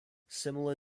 similar